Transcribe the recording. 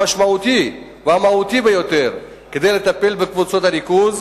המשמעותי והמהותי ביותר כדי לטפל בקבוצות הריכוז,